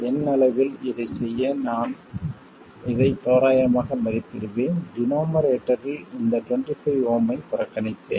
என் அளவில் இதைச் செய்ய நான் இதை தோராயமாக மதிப்பிடுவேன் டினோமரேட்டரில் இந்த 25Ω ஐ புறக்கணிப்பேன்